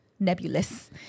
Nebulous